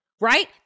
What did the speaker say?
right